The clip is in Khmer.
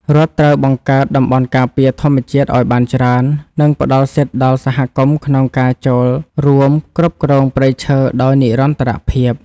រដ្ឋត្រូវបង្កើតតំបន់ការពារធម្មជាតិឱ្យបានច្រើន និងផ្តល់សិទ្ធិដល់សហគមន៍ក្នុងការចូលរួមគ្រប់គ្រងព្រៃឈើដោយនិរន្តរភាព។